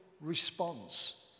response